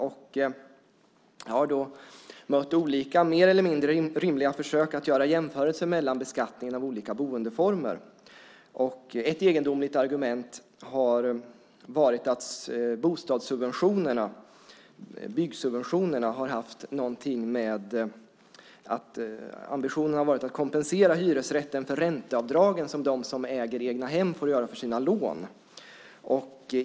Jag har då mött olika mer eller mindre rimliga försök att göra jämförelser mellan beskattningen av olika boendeformer. Ett egendomligt argument för byggsubventionerna har varit att man haft ambitionen att kompensera hyresrätten för de ränteavdrag som de som äger egnahem får göra för sina lån.